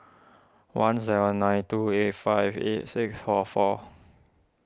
one seven nine two eight five eight six four four